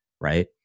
right